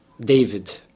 David